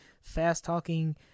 fast-talking